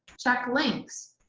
check links.